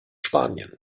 spanien